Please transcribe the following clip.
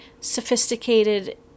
sophisticated